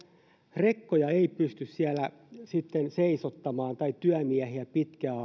rekkoja tai työmiehiä ei pysty siellä sitten seisottamaan pitkää